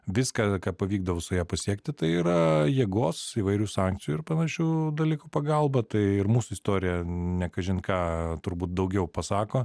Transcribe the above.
viską ką pavykdavo su ja pasiekti tai yra jėgos įvairių sankcijų ir panašių dalykų pagalba tai ir mūsų istorija ne kažin ką turbūt daugiau pasako